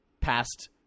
past